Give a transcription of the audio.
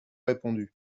répondu